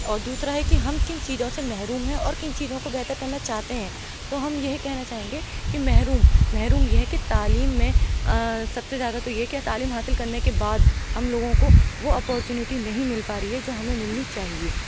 اور دوسرا ہے کہ ہم کن چیزوں سے محروم ہیں اور کن چیزوں کو بہتر کرنا چاہتے ہیں تو ہم یہی کہنا چاہیں گے کہ محروم محروم یہ ہے کہ تعلیم میں سب سے زیادہ تو یہ ہے کہ تعلیم حاصل کرنے کے بعد ہم لوگوں کو وہ اپورچونیٹی نہیں مل پا رہی ہے جو ہمیں ملنی چاہیے